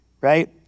Right